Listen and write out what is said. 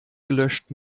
gelöscht